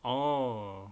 oh